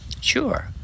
Sure